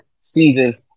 Season